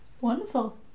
Wonderful